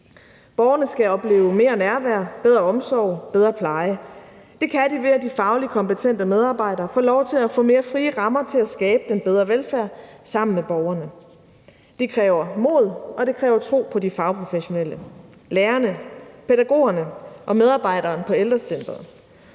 Borgerne skal opleve mere nærvær, bedre omsorg, bedre pleje. Det kan de, ved at de fagligt kompetente medarbejdere får lov til at få mere frie rammer til at skabe den bedre velfærd sammen med borgerne. Det kræver mod, og det kræver tro på de fagprofessionelle: lærerne, pædagogerne og medarbejderne på ældrecentrene,